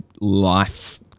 life